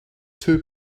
two